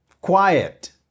quiet